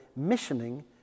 Missioning